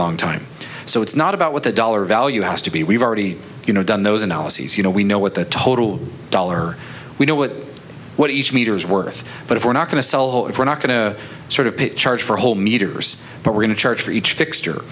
long time so it's not about what the dollar value has to be we've already done those analyses you know we know what the total dollar we know what what each meter is worth but if we're not going to sell it we're not going to sort of pick charge for whole meters but we're going to charge for each fixture